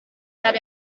that